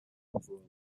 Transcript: royal